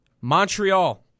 Montreal